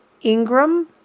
Ingram